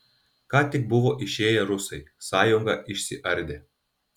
ką tik buvo išėję rusai sąjunga išsiardė